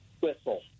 whistle